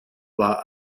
war